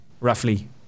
roughly